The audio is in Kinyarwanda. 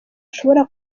ashobora